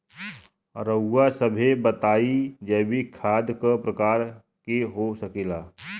रउआ सभे बताई जैविक खाद क प्रकार के होखेला?